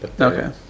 Okay